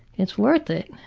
it's worth it.